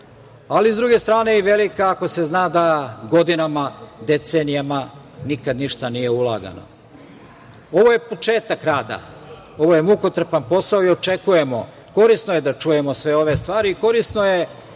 ali s druge strane i velika ako se zna da godinama, decenijama nikada ništa nije ulagano. Ovo je početak rada, ovo je mukotrpan posao i očekujemo, korisno je da čujemo sve ove stvari i korisno je